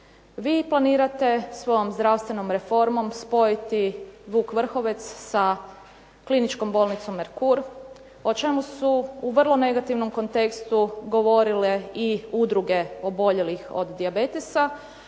Vi planirate svojom zdravstvenom reformom spojiti "Vuk Vrhovec" sa kliničkom bolnicom "Merkur" o čemu su u vrlo negativnom kontekstu govorile i udruge oboljelih od dijabetesa,